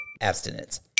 abstinence